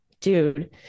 dude